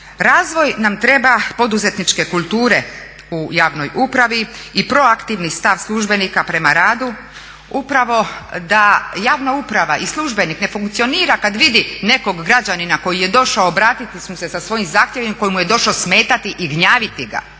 Razvoj nam treba poduzetničke kulture u javnoj upravi i proaktivni stav službenika prema radu upravo da javna uprava i službenik ne funkcionira kad vidi nekog građanina koji je došao obratiti se sa svojim zahtjevom i koji mu je došao smetati i gnjaviti ga